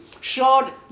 short